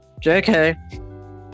JK